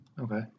Okay